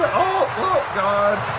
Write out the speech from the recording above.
whoa, god.